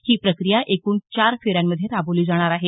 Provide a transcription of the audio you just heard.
ही प्रक्रिया एकूण चार फेऱ्यांमध्ये राबवली जाणार आहे